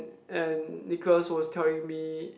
and Nicholas was telling me